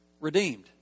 redeemed